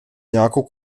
nějakou